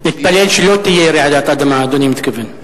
נתפלל שלא תהיה רעידת אדמה, אדוני מתכוון.